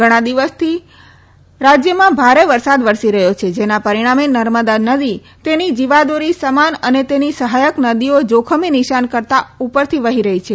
ઘણાં દિવસથી રાજ્યમાં ભારે વરસાદ વરસી રહ્યો છે જેના પરીણામે નર્મદા નદી તેની જીવાદોરી સમાન અને તેની સહાયક નદીઓ જાખમી નિશાન કરતાં ઉપરથી વહી રહી છે